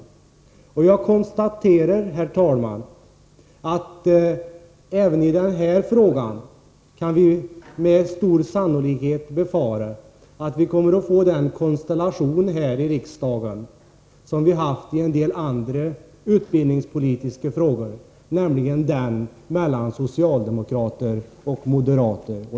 51 Jag konstaterar, herr talman, att det även i denna fråga med stor sannolikhet kan befaras att vi kommer att få den konstellation här i riksdagen som funnits i en del andra utbildningspolitiska frågor, nämligen en majoritet bestående av socialdemokrater och moderater.